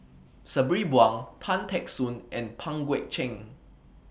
Sabri Buang Tan Teck Soon and Pang Guek Cheng